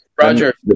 Roger